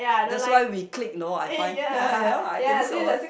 that's why we click no I find ya I think so lah